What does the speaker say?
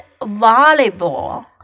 volleyball